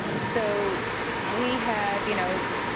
so we have, you know,